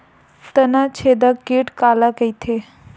तनाछेदक कीट काला कइथे?